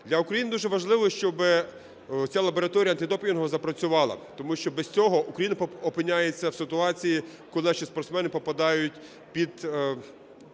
Для України дуже важливо, щоб ця лабораторія антидопінгова запрацювала. Тому що без цього Україна опиняється в ситуації, коли наші спортсмени попадають в складну